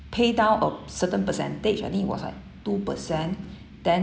pay down a certain percentage I think it was like two percent then